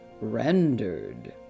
rendered